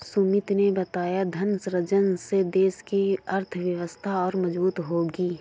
सुमित ने बताया धन सृजन से देश की अर्थव्यवस्था और मजबूत होगी